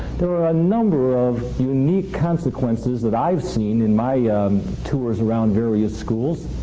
there are a number of unique consequences that i've seen in my tours around various schools.